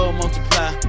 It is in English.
multiply